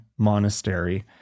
monastery